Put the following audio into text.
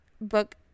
book